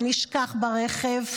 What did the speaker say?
נשכח ברכב,